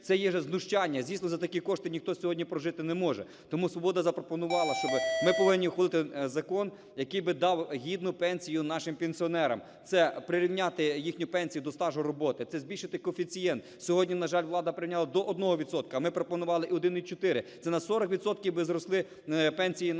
це є знущання. Звісно, за такі кошти ніхто сьогодні прожити не може. Тому "Свобода" запропонувала, щоби… Ми повинні ухвалити закон, який би дав гідну пенсію нашим пенсіонерам – це прирівняти їхню пенсію до стажу роботи, це збільшити коефіцієнт. Сьогодні, на жаль, влада прирівняла до 1 відсотка. Ми пропонували і 1,4 – це на 40 відсотків би зросли пенсії нашим